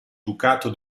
ducato